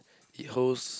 it holds